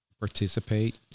participate